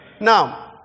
Now